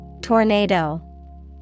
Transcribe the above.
Tornado